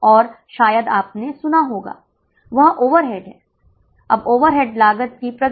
मुझे लगता है कि हमने पहले ही औसत लागत की गणना कर ली है अब कोई लाभ नहीं होगा